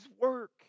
work